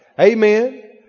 Amen